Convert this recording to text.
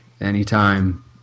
anytime